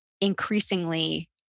increasingly